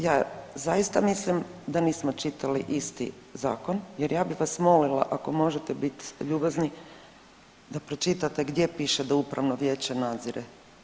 Ja zaista mislim da nismo čitali isti zakon jer ja bi vas molila, ako možete biti ljubazni da pročitati gdje piše da upravno vijeće nadzire.